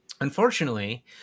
Unfortunately